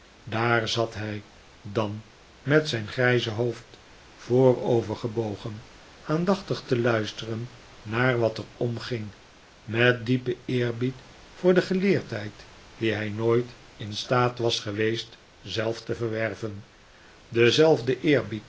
daar zat hij dan met zijn grijze hoofd voorovergebogen aandachtig te luisteren naar wat er omging met diepen eerbied voor de geleerdheid die hij nooit in staat was geweest zelf te verwerven denzelfden